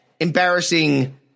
embarrassing